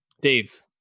Dave